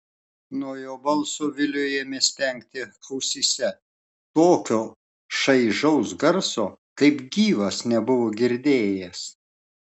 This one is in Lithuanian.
nuo jo balso viliui ėmė spengti ausyse tokio šaižaus garso kaip gyvas nebuvo girdėjęs